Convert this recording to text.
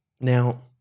Now